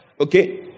Okay